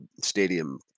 stadium